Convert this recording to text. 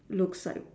looks like